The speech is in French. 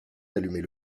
d’allumer